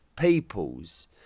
peoples